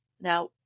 Now